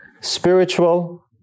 Spiritual